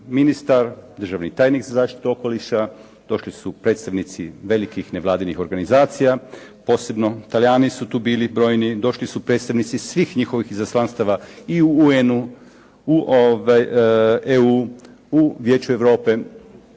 ministar, državni tajnik za zaštitu okoliša, došli su predstavnici velikih nevladinih organizacija, posebno Talijani su tu bili brojni, došli su predstavnici svih njihovih izaslanstava i u UN-u, u EU, u Vijeće Europe